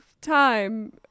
time